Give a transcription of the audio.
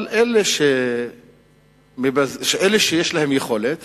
אבל אלה שיש להם יכולת